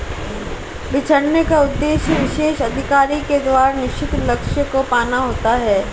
बिछड़ने का उद्देश्य विशेष अधिकारी के द्वारा निश्चित लक्ष्य को पाना होता है